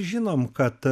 žinom kad